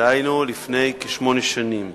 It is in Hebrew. דהיינו לפני כשמונה שנים.